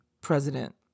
president